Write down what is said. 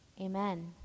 Amen